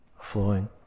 flowing